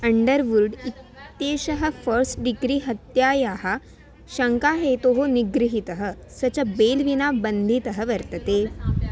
Underwood इत्येषः first degree हत्यायाः शङ्का हेतोः निगृहीतः स च बेल् विना बन्धितः वर्तते